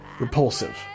repulsive